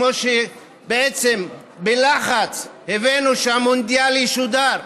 כמו שבעצם בלחץ הבאנו שהמונדיאל ישודר,